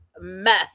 mess